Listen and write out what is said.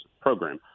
program